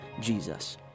Jesus